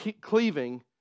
cleaving